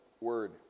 word